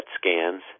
scans